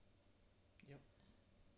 yup